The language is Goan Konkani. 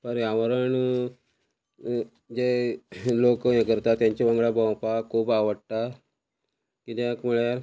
पर्यावरण जे लोक हे करता तेंच्या वांगडा भोंवपाक खूब आवडटा किद्याक म्हळ्यार